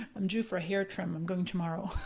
i'm due for a hair trim, i'm going tomorrow.